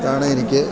ഇതാണ് എനിക്ക്